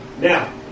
Now